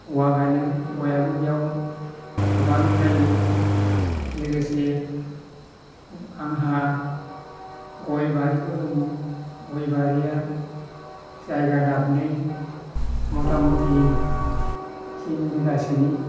औवा गायदों औवायाबो बेयाव गोबां जायो लोगोसे आंहा गय बारिबो दङ गय बारिया जायगा दाबनै मथा मथि तिन बिगासोनि